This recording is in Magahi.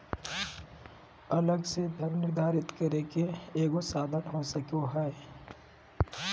अलग से धन निर्धारित करे के एगो साधन हो सको हइ